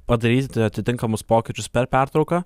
padaryti atitinkamus pokyčius per pertrauką